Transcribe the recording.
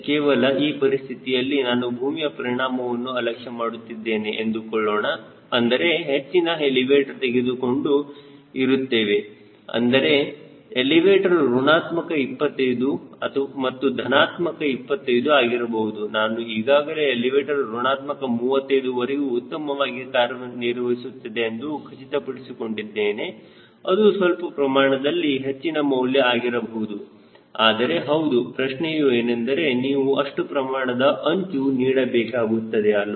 ಕೇವಲ ಈ ಪರಿಸ್ಥಿತಿಯಲ್ಲಿ ನಾನು ಭೂಮಿಯ ಪರಿಣಾಮವನ್ನು ಅಲಕ್ಷ್ಯ ಮಾಡುತ್ತಿದ್ದೇನೆ ಎಂದುಕೊಳ್ಳೋಣ ಅಂದರೆ ಹೆಚ್ಚಿನ ಎಲಿವೇಟರ್ ತೆಗೆದುಕೊಂಡು ಇರುತ್ತೇವೆ ಅಂದರೆ ಎಲಿವೇಟರ್ ಋಣಾತ್ಮಕ 25 ಮತ್ತು ಧನಾತ್ಮಕ 25 ಆಗಿರಬಹುದು ನಾನು ಈಗಾಗಲೇ ಎಲಿವೇಟರ್ ಋಣಾತ್ಮಕ 35ವರೆಗೂ ಉತ್ತಮವಾಗಿ ಕಾರ್ಯನಿರ್ವಹಿಸುತ್ತದೆ ಎಂದು ಖಚಿತಪಡಿಸಿಕೊಂಡಿದೆನೆ ಅದು ಸ್ವಲ್ಪ ಪ್ರಮಾಣದಲ್ಲಿ ಹೆಚ್ಚಿನ ಮೌಲ್ಯ ಆಗಿರಬಹುದು ಆದರೆ ಹೌದು ಪ್ರಶ್ನೆಯು ಏನೆಂದರೆ ನೀವು ಅಷ್ಟು ಪ್ರಮಾಣದ ಅಂಚು ನೀಡಬೇಕಾಗುತ್ತದೆ ಅಲ್ವಾ